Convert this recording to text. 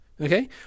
Okay